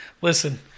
listen